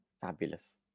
Fabulous